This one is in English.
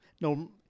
No